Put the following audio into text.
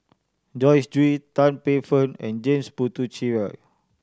Joyce Jue Tan Paey Fern and James Puthucheary